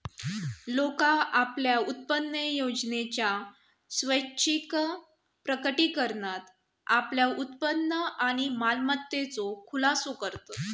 लोका आपल्या उत्पन्नयोजनेच्या स्वैच्छिक प्रकटीकरणात आपल्या उत्पन्न आणि मालमत्तेचो खुलासो करतत